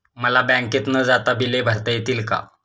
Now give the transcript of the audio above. मला बँकेत न जाता बिले भरता येतील का?